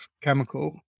chemical